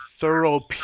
thorough